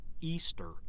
Easter